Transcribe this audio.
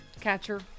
catcher